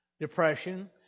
depression